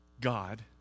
God